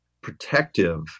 protective